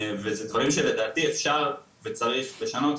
וזה דברים שלדעתי אפשר וצריך לשנות,